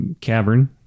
cavern